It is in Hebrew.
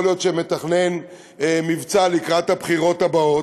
יכול להיות שהוא מתכנן מבצע לקראת הבחירות הבאות,